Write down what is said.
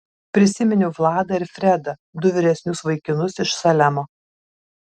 prisiminiau vladą ir fredą du vyresnius vaikinus iš salemo